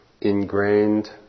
ingrained